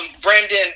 Brandon